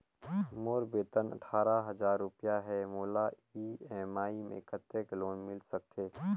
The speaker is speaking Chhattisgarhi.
मोर वेतन अट्ठारह हजार रुपिया हे मोला ई.एम.आई मे कतेक लोन मिल सकथे?